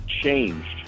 changed